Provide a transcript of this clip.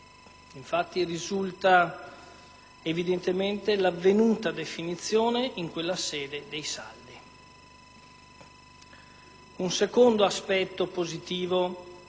infatti, risulta evidentemente l'avvenuta definizione in quella sede dei saldi. Un secondo aspetto positivo